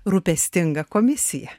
rūpestinga komisija